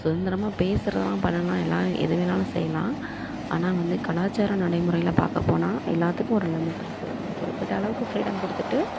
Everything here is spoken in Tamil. சுதந்திரமாக பேசுகிறதுலாம் பண்ணலாம் எல்லாம் எது வேணுணாலும் செய்யலாம் ஆனால் வந்து கலாச்சார நடைமுறையில் பார்க்கப்போனா எல்லாத்துக்கும் ஒரு லிமிட் இருக்குது ஒரு குறிப்பிட்ட அளவுக்கு ஃப்ரீடம் கொடுத்துட்டு